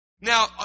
Now